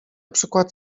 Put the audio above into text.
przykład